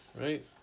right